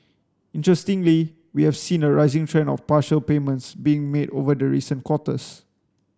interestingly we have seen a rising trend of partial payments being made over the recent quarters